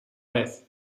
vez